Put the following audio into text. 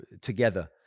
together